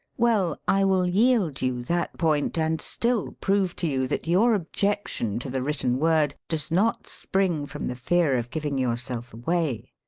well, i will yield you that point, and still prove to you that your objection to the written word does not spring from the fear of giving yourself away.